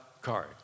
card